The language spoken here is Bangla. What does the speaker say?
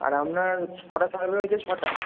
আর আপনার কটা সার্ভে হয়েছে ছটা